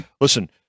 Listen